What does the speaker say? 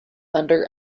under